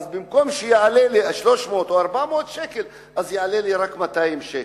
במקום שיעלה לי 300 או 400 שקל יעלה לי רק 200 שקל.